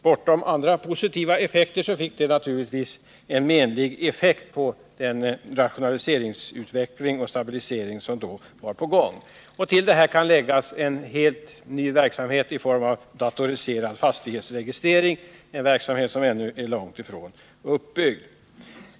Bortsett från vissa positiva effekter fick detta en menlig effekt på den rationaliseringsutveckling och den stabilisering som då var på gång. Till detta kan läggas en helt ny verksamhet i form av datoriserad fastighetsregistrering, en verksamhet som ännu är långt ifrån uppbyggd.